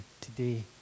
today